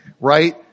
right